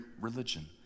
religion